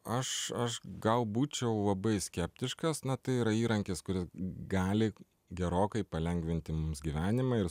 aš aš gal būčiau labai skeptiškas na tai yra įrankis kuris gali gerokai palengvinti mums gyvenimą ir